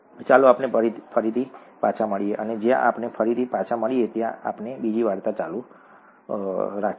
ચાલો આપણે પછીથી ફરી મળીએ અને જ્યારે આપણે ફરી મળીએ ત્યારે આપણે બીજી વાર્તા ચાલુ રાખીશું